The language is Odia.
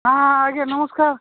ହଁ ଆଜ୍ଞା ନମସ୍କାର